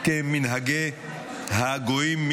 כמנהגי הגויים.